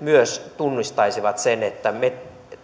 myös tunnistaisivat sen että me